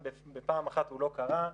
בפעם אחת הוא לא קרה,